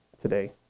today